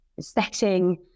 setting